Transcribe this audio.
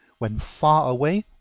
when far away,